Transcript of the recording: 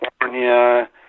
california